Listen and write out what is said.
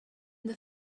the